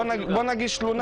אז קודם כל תודה רבה על ההזמנה,